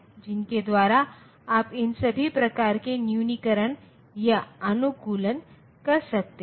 तो 4 को2's कॉम्प्लीमेंट के रूप में प्राप्त करने के लिए पहले हम 4 0100 के प्रतिनिधित्व के साथ शुरू करते हैं